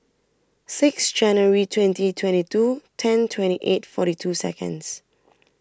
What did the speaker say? six January twenty twenty two ten twenty eight forty two Seconds